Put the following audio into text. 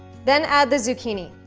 then add the zucchini.